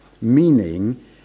Meaning